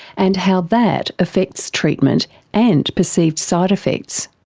and how that affects treatment and perceived side effects.